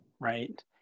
right